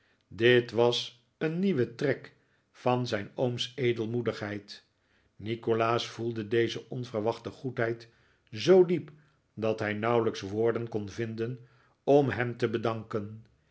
dit was een nieuwe trek van zijn ooms edelmoedigheid nikolaas voelde deze onverwachte goedheid zoo diep dat hij nauwelijks woorden kon vinden om hem te bedanken